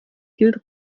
gilt